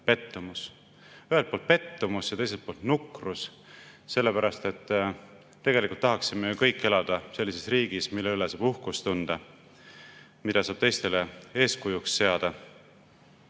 pettumus. Ühelt poolt on see pettumus ja teiselt poolt nukrus, sellepärast et tegelikult tahaksime kõik elada sellises riigis, mille üle saab uhkust tunda, mida saab teistele eeskujuks seada